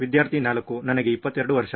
ವಿದ್ಯಾರ್ಥಿ 4 ನನಗೆ 22 ವರ್ಷ